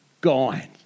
gone